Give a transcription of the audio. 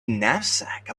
knapsack